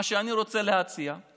מה שאני רוצה להציע זה